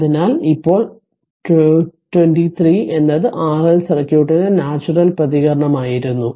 അതിനാൽ ഇപ്പോൾ 23 എന്നത് RL സർക്യൂട്ടിന്റെ നാച്ചുറൽ പ്രതികരണമായിരുന്നു